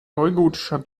neugotischer